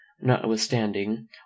notwithstanding